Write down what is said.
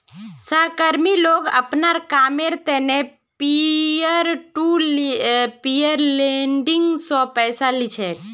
सहकर्मी लोग अपनार कामेर त न पीयर टू पीयर लेंडिंग स पैसा ली छेक